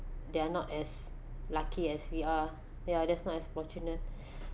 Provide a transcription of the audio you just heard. they are not as lucky as we are they are just not as fortunate